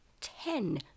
ten